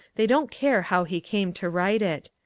they don't care how he came to write it.